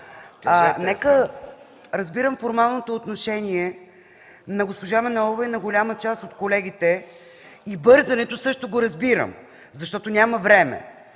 Разбирам формалното отношение на госпожа Манолова и на голяма част от колегите. И бързането също го разбирам, защото няма време.